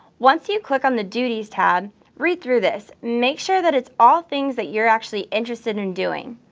once you click on the duties tab read through this, make sure that it's all things that you're actually interested in doing.